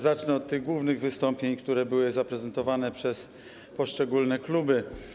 Zacznę od głównych wystąpień, które były zaprezentowane przez poszczególne kluby.